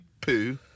poo